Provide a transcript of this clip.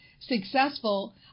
successful